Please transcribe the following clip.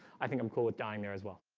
i think i'm cool with dying there as well